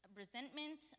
resentment